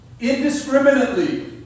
indiscriminately